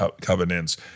covenants